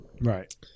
Right